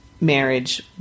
marriage